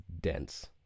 dense